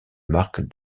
marque